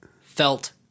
felt